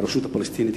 לרשות הפלסטינית,